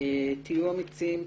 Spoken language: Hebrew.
תהיו אמיצים,